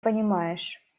понимаешь